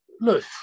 look